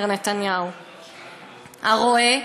אומר נתניהו הרועה,